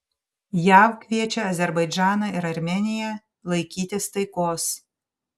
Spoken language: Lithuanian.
jav kviečia azerbaidžaną ir armėniją laikytis taikos